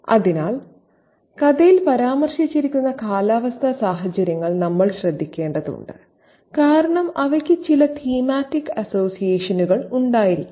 അതിനാൽ കഥയിൽ പരാമർശിച്ചിരിക്കുന്ന കാലാവസ്ഥാ സാഹചര്യങ്ങൾ നമ്മൾ ശ്രദ്ധിക്കേണ്ടതുണ്ട് കാരണം അവയ്ക്ക് ചില തീമാറ്റിക് അസോസിയേഷനുകൾ ഉണ്ടായിരിക്കാം